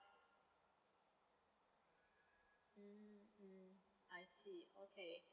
mmhmm I see okay